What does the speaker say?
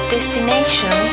Destination